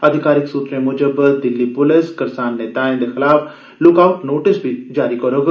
आधिकारिक सूत्रे मुजब दिल्ली पुलस करसान नेताएं दे खलाफ लुकआउट नोटिस बी जारी करोग